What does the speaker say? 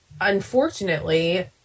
unfortunately